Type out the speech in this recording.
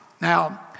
now